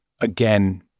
again